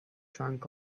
drunk